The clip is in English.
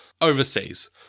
overseas